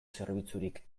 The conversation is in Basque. zerbitzurik